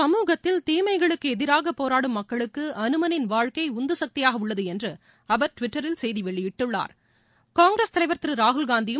சமூகத்தில் தீமைகளுக்கு எதிராக போராடும் மக்களுக்கு அனுமனின் வாழ்க்கை உந்து சக்தியாக உள்ளது என்று அவர் டுவிட்டர் செய்தியில் குறிப்பிட்டுள்ளார் காங்கிரஸ் தலைவர் திரு ராகுல்காந்தியும்